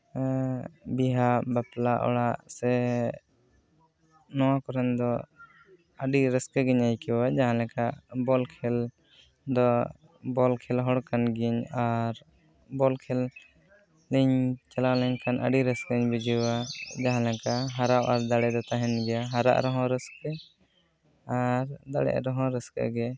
ᱵᱤᱦᱟ ᱵᱟᱯᱞᱟ ᱚᱲᱟᱜ ᱥᱮ ᱱᱚᱣᱟ ᱠᱚᱨᱮᱱ ᱫᱚ ᱟᱹᱰᱤ ᱨᱟᱹᱥᱠᱟᱹ ᱜᱮᱧ ᱟᱹᱭᱠᱟᱹᱣᱟ ᱡᱟᱦᱟᱸ ᱞᱮᱠᱟ ᱵᱚᱞᱠᱷᱮᱹᱞ ᱫᱚ ᱵᱚᱞᱠᱷᱮᱹᱞ ᱦᱚᱲ ᱠᱟᱱ ᱜᱮᱭᱟᱹᱧ ᱟᱨ ᱵᱚᱞᱠᱷᱮᱞ ᱤᱧ ᱪᱟᱞᱟᱣ ᱞᱮᱱᱠᱷᱟᱱ ᱟᱹᱰᱤ ᱨᱟᱹᱥᱠᱟᱹᱧ ᱵᱩᱡᱷᱟᱹᱣᱟ ᱡᱟᱦᱟᱸ ᱞᱮᱠᱟ ᱦᱟᱨᱟᱣ ᱟᱨ ᱫᱟᱲᱮ ᱫᱚ ᱛᱟᱦᱮᱱ ᱜᱮᱭᱟ ᱦᱟᱨᱟᱜ ᱨᱮᱦᱚᱸ ᱨᱟᱹᱥᱠᱟᱹ ᱟᱨ ᱫᱟᱲᱮᱜ ᱨᱮᱦᱚᱸ ᱨᱟᱹᱥᱠᱟᱹ ᱜᱮ